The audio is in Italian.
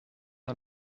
una